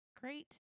great